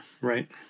right